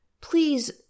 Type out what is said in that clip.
please